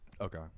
Okay